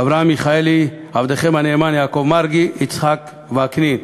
אברהם מיכאלי, עבדכם הנאמן יעקב מרגי ויצחק וקנין.